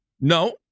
No